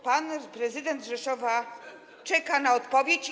Pan prezydent Rzeszowa czeka na odpowiedź.